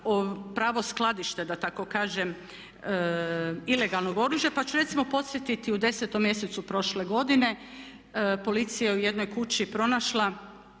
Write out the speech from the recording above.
pravo skladište da tako kažem ilegalnog oružja, pa ću recimo podsjetiti u desetom mjesecu prošle godine policija je u jednoj kući pronašla